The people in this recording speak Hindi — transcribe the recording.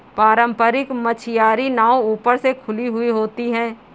पारम्परिक मछियारी नाव ऊपर से खुली हुई होती हैं